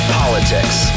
politics